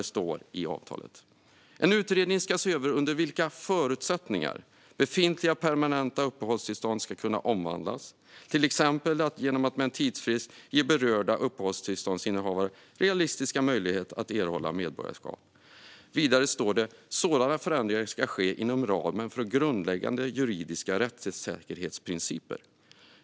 Det står så här: "En utredning ska se över under vilka förutsättningar befintliga permanenta uppehållstillstånd ska kunna omvandlas, till exempel genom att med en tidsfrist ge berörda uppehållstillståndsinnehavare realistiska möjligheter att erhålla medborgarskap. Sådana förändringar ska ske inom ramen för grundläggande juridiska rättssäkerhetsprinciper."